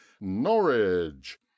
Norwich